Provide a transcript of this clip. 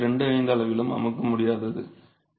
25 அளவிலும் அமுக்கு முடியாதது